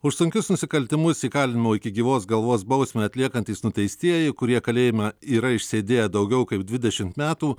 už sunkius nusikaltimus įkalinimo iki gyvos galvos bausmę atliekantys nuteistieji kurie kalėjime yra išsėdėję daugiau kaip dvidešimt metų